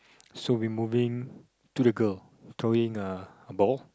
so we moving to the girl